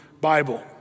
Bible